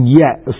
yes